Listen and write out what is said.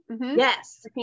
Yes